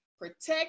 Protect